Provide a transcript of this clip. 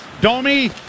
Domi